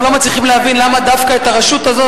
אנחנו לא מצליחים להבין למה דווקא הרשות הזאת,